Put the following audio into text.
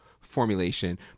formulation